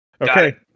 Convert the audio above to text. Okay